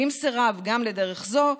ואם סירב גם לדרך זו,